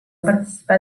participà